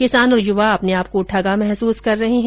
किसान और युवा अपने आप को ठगा महसूस कर रहे हैं